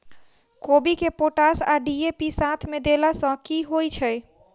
कोबी मे पोटाश आ डी.ए.पी साथ मे देला सऽ की होइ छै?